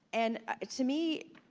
and ah to me,